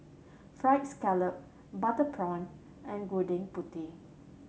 Fried Scallop Butter Prawn and Gudeg Putih